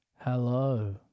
Hello